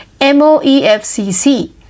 MOEFCC